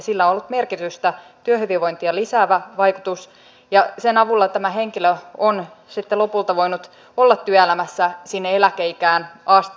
sillä on ollut merkitystä työhyvinvointia lisäävä vaikutus ja sen avulla tämä henkilö on sitten lopulta voinut olla työelämässä sinne eläkeikään asti